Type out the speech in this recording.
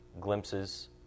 glimpses